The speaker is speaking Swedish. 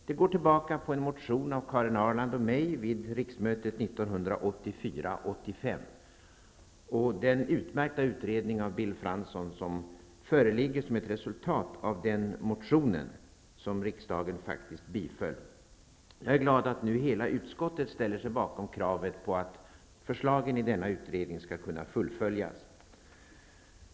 Det går tillbaka på en motion av Karin Ahrland och mig vid riksmötet 1984/85 och den utmärkta utredning av Bill Fransson som föreligger som ett resultat av den motionen som riksdagen faktiskt biföll. Jag är glad över att hela utskottet nu ställer sig bakom kravet på att förslagen i denna utredning skall kunna fullföljas.